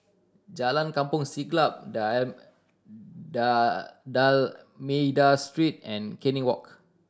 Jalan Kampong Siglap D'Almeida Street and Canning Walk